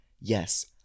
yes